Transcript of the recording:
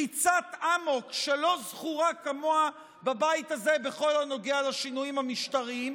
ריצת אמוק שלא זכורה כמוה בבית הזה בכל הנוגע לשינויים המשטריים,